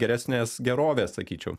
geresnės gerovės sakyčiau